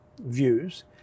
views